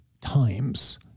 times